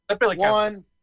one